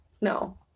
No